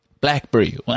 BlackBerry